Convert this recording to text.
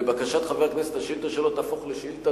לבקשת חבר הכנסת השאילתא שלו תהפוך לשאילתא